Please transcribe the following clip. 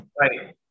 Right